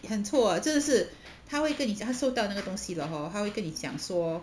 很臭啊真的是他会跟你讲他收到了那个东西了 hor 他会跟你讲说